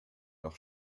leur